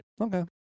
Okay